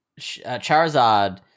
charizard